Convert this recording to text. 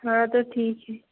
ہاں تو ٹھیک ہے